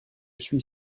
suis